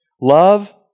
Love